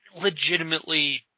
legitimately